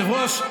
שר אוצר.